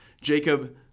Jacob